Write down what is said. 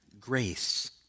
Grace